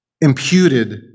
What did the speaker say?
imputed